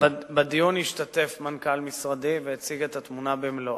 בדיון השתתף מנכ"ל משרדי והציג את התמונה במלואה.